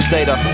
Data